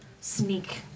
sneak